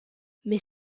mais